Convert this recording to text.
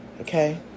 okay